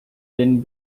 then